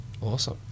awesome